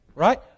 Right